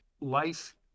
life